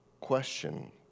question